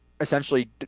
essentially